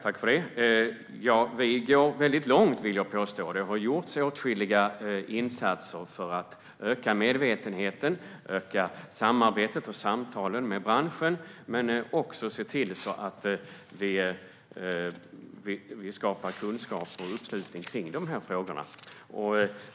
Herr talman! Vi går väldigt långt, vill jag påstå. Det har gjorts åtskilliga insatser för att öka medvetenheten och för att öka samarbetet och samtalen med branschen och också för att vi ska skapa kunskap och uppslutning i de här frågorna.